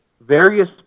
various